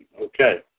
Okay